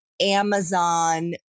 Amazon